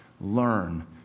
learn